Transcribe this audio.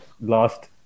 last